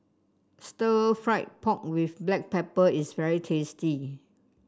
stir fry pork with Black Pepper is very tasty